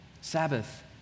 Sabbath